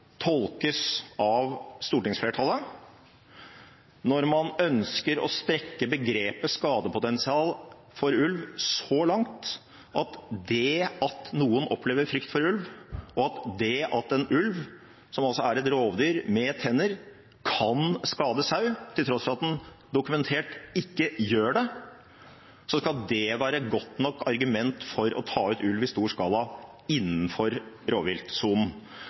tolkes av stortingsflertallet – når man ønsker å strekke begrepet «skadepotensial for ulv» så langt at det at noen opplever frykt for ulv, og det at en ulv, som altså er et rovdyr med tenner, kan skade sau, til tross for at den dokumentert ikke gjør det, skal være et godt nok argument for å ta ut ulv i stor skala innenfor